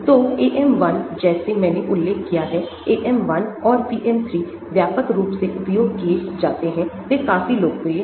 तो AM 1 जैसे मैंने उल्लेख किया है AM 1 और PM 3 व्यापक रूप से उपयोग किए जाते हैं वे काफी लोकप्रिय हैं